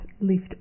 lift